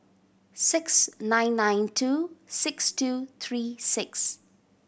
six nine nine two six two three six